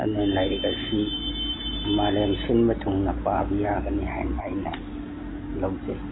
ꯑꯗꯨꯅ ꯂꯥꯏꯔꯤꯛ ꯑꯁꯤ ꯃꯥꯂꯦꯝ ꯁꯤꯟꯕ ꯊꯨꯡꯅ ꯄꯥꯕ ꯌꯥꯒꯅꯤ ꯍꯥꯏꯅ ꯑꯩꯅ ꯂꯧꯖꯩ